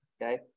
Okay